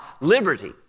liberty